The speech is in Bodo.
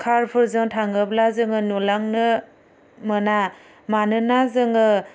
कारफोरजों थाङोब्ला जोङो नुलांनो मोना मानोना जोङो